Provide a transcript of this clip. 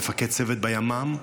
מפקד צוות בימ"מ,